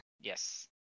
Yes